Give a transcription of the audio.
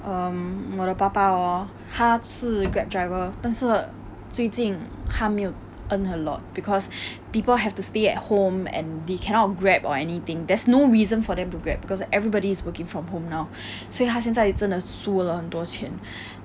um 我的爸爸 hor 他是 Grab driver 但是最近他没有 earn a lot because people have to stay at home and they cannot Grab or anything there's no reason for them to Grab because everybody is working from home now 所以他现在真的输了很多钱